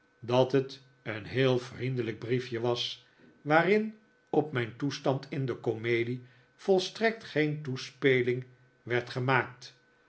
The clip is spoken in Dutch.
dat het een heel vriendelijk briefje was waarin op mijn toestand in de comedie volstrekt geen toespeling werd gemaakt